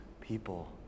people